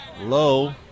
Low